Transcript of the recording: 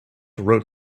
wrote